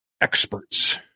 experts